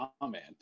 comment